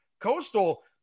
coastal